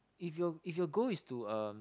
if your if your goal is to um